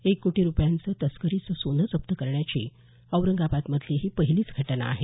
एक कोटी रूपयांचे तस्करीचे सोने जप्त करण्याची औरंगाबादेमधली ही पहिलीच घटना आहे